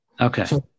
Okay